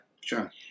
Sure